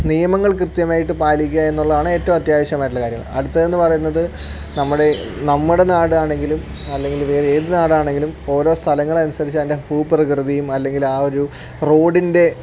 നിയമങ്ങൾ കൃത്യമായിട്ട് പാലിക്കുക എന്നുള്ളതാണ് ഏറ്റവും അത്യാവശ്യമായിട്ടുള്ള കാര്യങ്ങൾ അടുത്തതെന്ന് എന്നു പറയുന്നത് നമ്മുടെ നമ്മുടെ നാട് ആണെങ്കിലും അല്ലെങ്കിൽ ഏത് നാട് ആണെങ്കിലും ഓരോ സ്ഥലങ്ങൾ അനുസരിച്ചു അതിൻ്റെ ഭൂപ്രകൃതിയും അല്ലെങ്കിൽ ആ ഒരു റോഡിൻ്റെ